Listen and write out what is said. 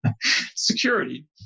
security